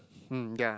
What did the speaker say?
hmm ya